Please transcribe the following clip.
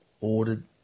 ordered